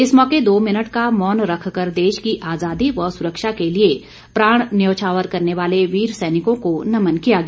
इस मौके दो मिनट का मौन रखकर देश की आजादी व सुरक्षा के लिए प्राण न्यौछावर करने वाले वीर सैनिकों को नमन किया गया